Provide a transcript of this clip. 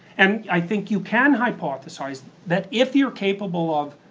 and i think you can hypothesize that if you're capable of